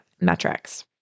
metrics